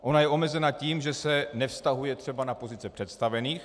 Ona je omezena tím, že se nevztahuje třeba na pozice představených.